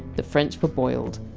the french for! boiled.